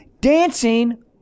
dancing